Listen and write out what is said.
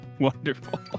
Wonderful